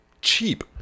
cheap